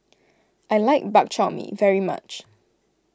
I like Bak Chor Mee very much